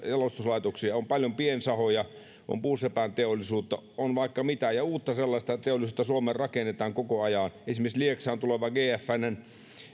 jalostuslaitoksia on paljon piensahoja on puusepänteollisuutta on vaikka mitä ja uutta sellaista teollisuutta suomeen rakennetaan koko ajan esimerkiksi lieksaan tuleva gfnn